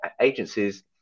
agencies